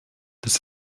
des